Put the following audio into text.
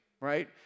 right